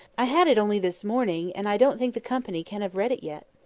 i had it only this morning, and i don't think the company can have read it yet.